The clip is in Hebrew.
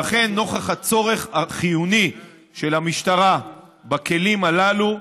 לכן, נוכח הצורך החיוני של המשטרה בכלים הללו,